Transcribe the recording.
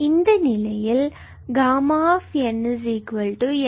இந்த நிலையில் Γ𝑛𝑛−1